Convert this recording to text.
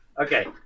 Okay